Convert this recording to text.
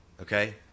Okay